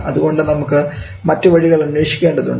അതുകൊണ്ട് നമുക്ക് മറ്റു വഴികൾ അന്വേഷിക്കേണ്ടതുണ്ട്